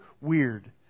weird